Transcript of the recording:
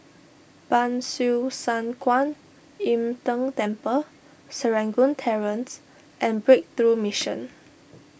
Ban Siew San Kuan Im Tng Temple Serangoon Terrace and Breakthrough Mission